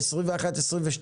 ב-2021 ו-2022,